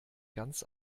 ganz